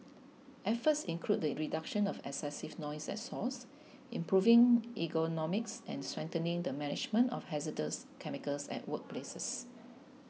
efforts include the reduction of excessive noise at source improving ergonomics and strengthening the management of hazardous chemicals at workplaces